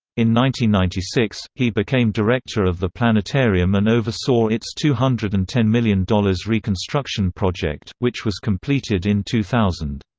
ninety ninety six, he became director of the planetarium and oversaw its two hundred and ten million dollars reconstruction project, which was completed in two thousand.